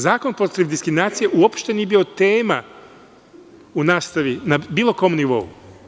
Zakon protiv diskriminacije uopšte nije bio tema u nastavi na bilo kom nivou.